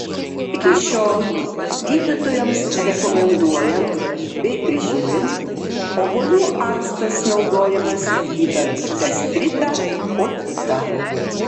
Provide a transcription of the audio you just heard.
iki šiol gydytojams rekomenduojant bei prižiūrint obuolių actas naudojamas gydant gastritą otitą